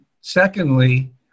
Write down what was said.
secondly